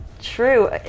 true